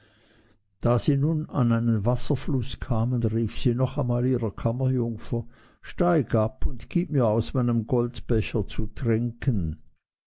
da sie nun an einen wasserfluß kamen rief sie noch einmal ihrer kammerjungfer steig ab und gib mir aus meinem goldbecher zu trinken